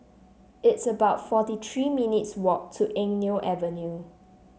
it's about forty three minutes' walk to Eng Neo Avenue